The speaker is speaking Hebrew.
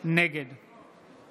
נגד